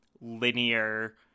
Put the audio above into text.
linear